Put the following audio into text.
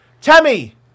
Tammy